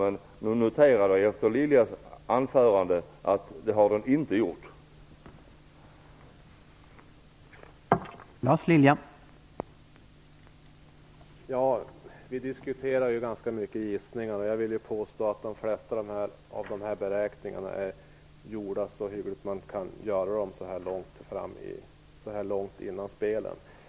Men efter Lars Liljas anförande noterar jag att den inte har gjort det.